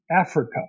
Africa